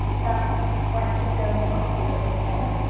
bounce! went the stone off the goat's horn.